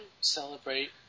Celebrate